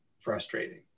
frustrating